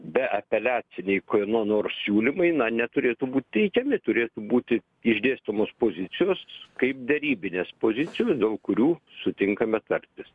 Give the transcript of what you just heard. be apeliaciniai kieno nors siūlymai na neturėtų būt teikiami turėtų būti išdėstomos pozicijos kaip derybinės pozicijos dėl kurių sutinkame tartis